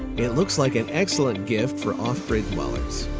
it looks like an excellent gift for off-grid dwellers.